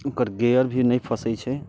ओकर गेयर भी नहि फँसैत छै